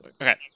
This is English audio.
okay